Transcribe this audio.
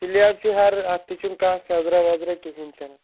سِلیپ چھِ ہیرٕ اتھ تہِ چھُنہٕ کانہہ سٮ۪زرا وٮ۪زرا کہیٖنۍ تِنہٕ